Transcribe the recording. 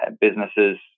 businesses